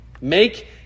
Make